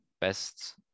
best